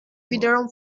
wiederum